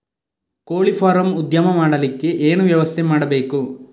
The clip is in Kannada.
ಕೋಳಿ ಫಾರಂ ಉದ್ಯಮ ಮಾಡಲಿಕ್ಕೆ ಏನು ವ್ಯವಸ್ಥೆ ಮಾಡಬೇಕು?